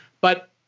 But-